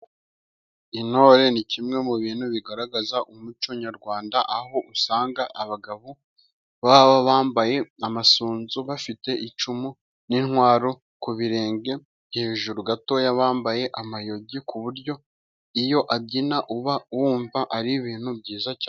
Intore ni kimwe mu bintu bigaragaza umuco nyarwanda, aho usanga abagabo baba bambaye amasunzu, bafite icumu n'intwaro ku birenge, hejuru gatoya bambaye amayogi, ku buryo iyo abyina uba wumva ari ibintu byiza cyane.